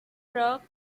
rock